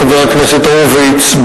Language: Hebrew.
חבר הכנסת הורוביץ,